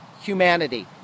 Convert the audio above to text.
humanity